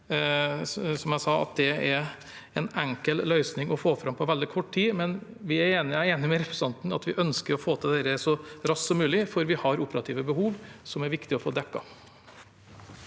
det er en enkel løsning å få fram på veldig kort tid, men jeg er enig med representanten Elvenes i at vi ønsker å få til dette så raskt som mulig, for vi har operative behov som det er viktig å få dekket.